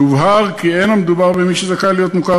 יובהר כי אין המדובר במי שזכאי להיות מוכר